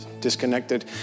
disconnected